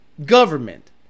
Government